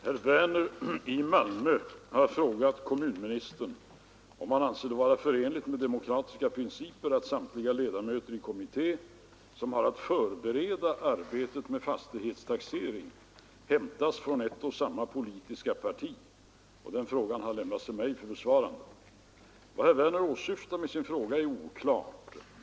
Herr talman! Herr Werner i Malmö har frågat kommunministern om han anser det vara förenligt med demokratiska principer att samtliga ledamöter i kommitté, som har att förbereda arbetet med fastighetstaxering, hämtas från ett och samma politiska parti. Frågan har överlämnats till mig för besvarande. Vad herr Werner åsyftar med sin fråga är oklart.